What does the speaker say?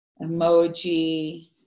emoji